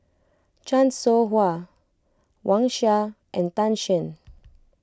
Chan Soh Ha Wang Sha and Tan Shen